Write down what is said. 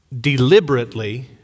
Deliberately